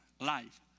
Life